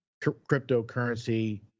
cryptocurrency